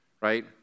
right